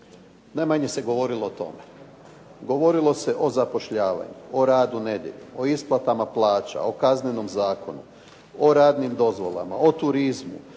najmanje se govorilo o tome. Govorilo se o zapošljavanju, o radu nedjeljom, o isplatama plaća, o Kaznenom zakonu, o radnim dozvolama, o turizmu,